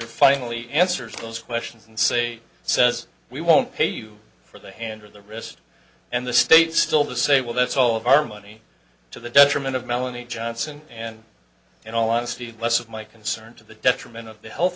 or finally answers those questions and say says we won't pay you for the hand or the wrist and the state still to say well that's all of our money to the detriment of melanie johnson and in all honesty less of my concern to the detriment of the health